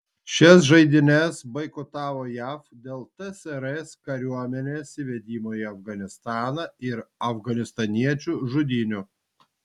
šias žaidynes boikotavo jav dėl tsrs kariuomenės įvedimo į afganistaną ir afganistaniečių žudynių